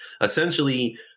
essentially